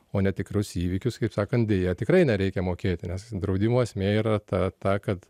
o netikrus įvykius kaip sakant deja tikrai nereikia mokėti nes draudimo esmė yra ta ta kad